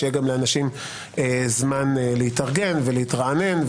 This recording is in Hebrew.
שיהיה לאנשים זמן להתארגן ולהתרענן,